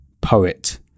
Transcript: poet